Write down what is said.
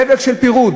דבק של פירוד,